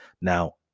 Now